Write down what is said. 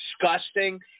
disgusting